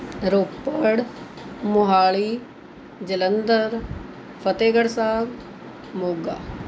Ropar Mohali Jalandhar Fatehgarh Sahib Moga